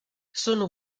sono